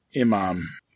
Imam